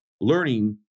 learning